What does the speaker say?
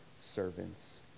servants